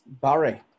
Barry